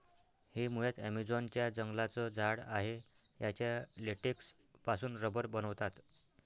हे मुळात ॲमेझॉन च्या जंगलांचं झाड आहे याच्या लेटेक्स पासून रबर बनवतात